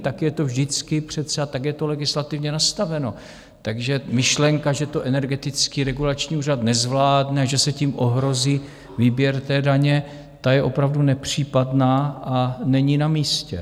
Tak je to vždycky přece a tak je to legislativně nastaveno, takže myšlenka, že to Energetický regulační úřad nezvládne a že se tím ohrozí výběr té daně, je opravdu nepřípadná a není namístě.